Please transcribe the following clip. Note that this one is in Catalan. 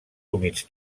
humits